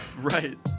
right